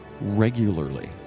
regularly